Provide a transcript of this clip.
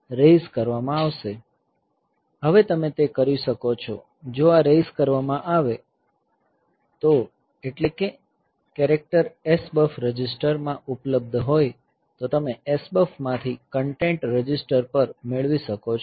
હવે તમે તે કરી શકો છો જો આ રેઈઝ કરવામાં આવે તો એટલે કે કેરેક્ટર SBUF રજિસ્ટર માં ઉપલબ્ધ હોય તો તમે SBUF માંથી કન્ટેન્ટ રજીસ્ટર પર મેળવી શકો છો